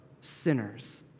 sinners